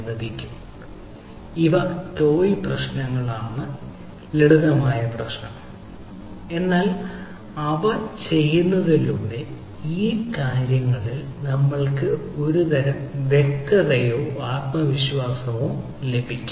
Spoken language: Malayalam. അതിനാൽ ഇവ ടോയ് പ്രശ്നങ്ങളാണ് ലളിതമായ പ്രശ്നം എന്നാൽ അങ്ങനെ ചെയ്യുന്നതിലൂടെ ഇത് കാര്യങ്ങളിൽ നമ്മൾക്ക് ഒരുതരം വ്യക്തതയോ ആത്മവിശ്വാസമോ നൽകും